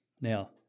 now